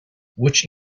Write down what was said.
which